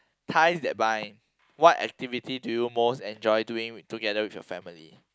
ties that bind what activity do you most enjoy doing together with your family